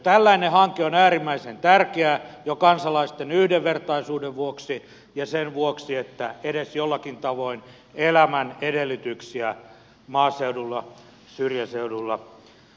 tällainen hanke on äärimmäisen tärkeä jo kansalaisten yhdenvertaisuuden vuoksi ja sen vuoksi että edes jollakin tavoin elämän edellytyksiä maaseudulla syrjäseudulla parannettaisiin